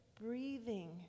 breathing